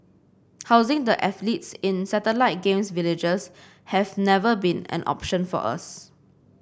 housing the athletes in satellite Games Villages has never been an option for us